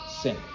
sin